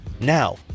Now